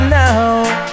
now